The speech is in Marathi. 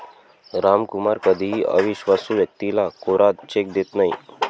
रामकुमार कधीही अविश्वासू व्यक्तीला कोरा चेक देत नाही